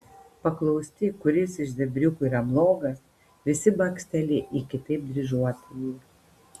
paklausti kuris iš zebriukų yra blogas visi baksteli į kitaip dryžuotąjį